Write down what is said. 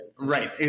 right